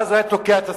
ואז היה תוקע את הסכין.